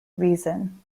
reason